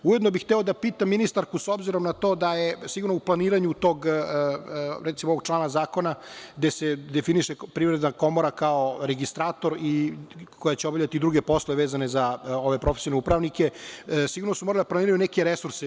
Ujedno bih hteo da pitam ministarku, s obzirom na to da je u planiranju ovog člana zakona, gde se definiše Privredna komora kao registrator i koja će obavljati i druge poslove vezane za profesionalne upravnike, sigurno su morali da planiraju neke resurse.